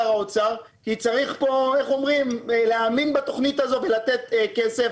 האוצר כי צריך כאן להאמין בתכנית הזאת ולתת כסף.